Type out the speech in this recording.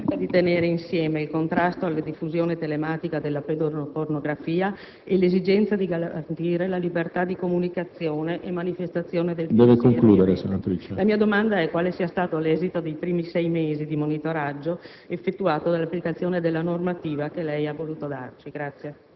cerca di tenere insieme il contrasto alla diffusione telematica della pedopornografia e l'esigenza di garantire la libertà di comunicazione e manifestazione del pensiero. La mia domanda è quale sia stato l'esito dei primi sei mesi di monitoraggio effettuato dall'applicazione della normativa che lei ha voluto darci.